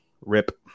Rip